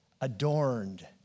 adorned